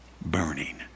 burning